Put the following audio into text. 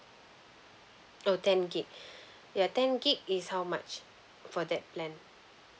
oh ten gig ya ten gig is how much for that plan